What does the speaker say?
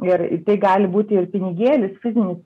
ir tai gali būti ir pinigėlis fizinis